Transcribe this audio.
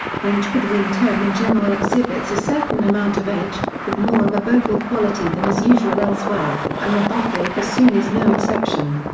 french woodwind tone in general exhibits a certain amount of edge, with more of a vocal quality than is usual elsewhere, and the buffet bassoon is no exception.